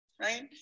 Right